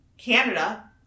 Canada